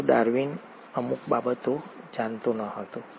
પરંતુ ડાર્વિન અમુક બાબતો જાણતો ન હતો